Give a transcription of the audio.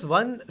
one